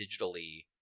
digitally